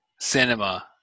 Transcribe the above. cinema